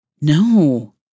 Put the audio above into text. No